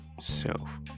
self